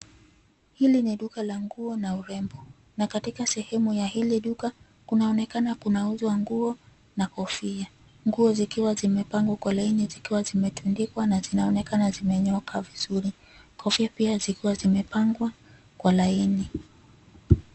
Hili ni duka la nguo na urembo na katika sehemu ya hili duka kunaonekana kunauzwa nguo na kofia. Nguo zikiwa zimepangwa kwa laini zikiwa zimetundikwa na zinaonekana zimenyooka vizuri. Kofia pia zikiwa zimepangwa kwa laini